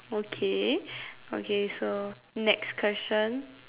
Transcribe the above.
okay okay so next question